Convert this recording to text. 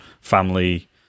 family